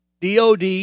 DOD